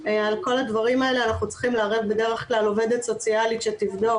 על כל הדברים האלה אנחנו צריכים לערב בדרך כלל עובדת סוציאלית שתבדוק